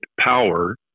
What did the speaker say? power